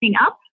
up